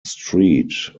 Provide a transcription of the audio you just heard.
street